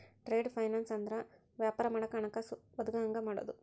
trade finance ಅಂದ್ರ ವ್ಯಾಪಾರ ಮಾಡಾಕ ಹಣಕಾಸ ಒದಗಂಗ ಮಾಡುದು